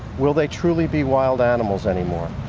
will they truly be wild animals anymore?